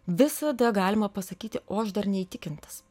visada galima pasakyti o aš dar neįtikintas